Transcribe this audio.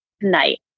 tonight